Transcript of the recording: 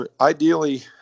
ideally